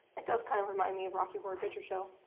it does kind of remind me of rocky horror picture show.